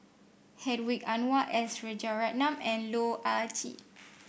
Hedwig Anuar S Rajaratnam and Loh Ah Chee